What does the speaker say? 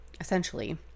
essentially